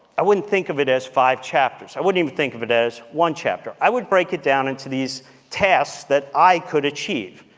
i wouldn't think of it as five chapters, i wouldn't even think of it as one chapter. i would break it down into these tasks that i could achieve,